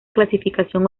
clasificación